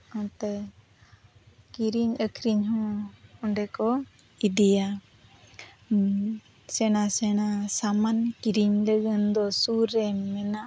ᱚᱱᱛᱮ ᱠᱤᱨᱤᱧ ᱟᱠᱷᱨᱤᱧ ᱦᱚᱸ ᱚᱸᱰᱮ ᱠᱚ ᱤᱫᱤᱭᱟ ᱥᱮᱬᱟ ᱥᱮᱬᱟ ᱥᱟᱢᱟᱱ ᱠᱤᱨᱤᱧ ᱤᱧ ᱞᱟᱹᱜᱤᱫ ᱫᱚ ᱥᱩᱨ ᱨᱮ ᱢᱮᱱᱟᱜ